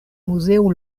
muzeo